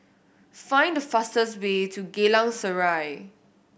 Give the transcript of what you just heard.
find the fastest way to Geylang Serai